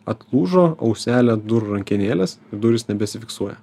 atlūžo auselė durų rankenėlės durys nebesifiksuoja